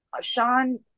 sean